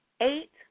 Eight